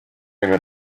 une